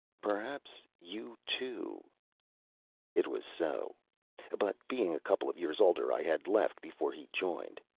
perhaps you too it was so but being a couple of years older i had left before he joined.